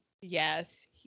Yes